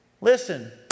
listen